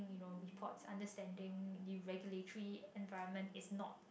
you know reports understanding regulatory environment is not